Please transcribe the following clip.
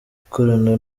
ikorana